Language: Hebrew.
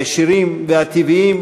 הישירים והטבעיים,